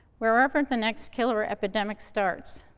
wherever the next killer epidemic starts,